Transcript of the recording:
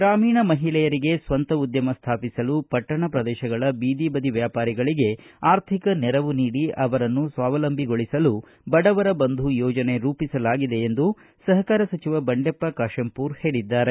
ಗ್ರಾಮೀಣ ಮಹಿಳೆಯರಿಗೆ ಸ್ವಂತ ಉದ್ಯಮ ಸ್ಥಾಪಿಸಲು ಪಟ್ಟಣ ಪ್ರದೇಶಗಳ ಬೀದಿ ಬದಿ ವ್ಯಾಪಾರಿಗಳಗೆ ಆರ್ಥಿಕ ನೆರವು ನೀಡಿ ಅವರನ್ನು ಸ್ವಾವಲಂಬಿಗೊಳಿಸಲು ಬಡವರ ಬಂಧು ಯೋಜನೆ ರೂಪಿಸಲಾಗಿದೆ ಎಂದು ಸಹಕಾರ ಸಚಿವ ಬಂಡೆಪ್ಪ ಖಾಶೆಂಪೂರ ಹೇಳಿದ್ದಾರೆ